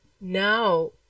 Now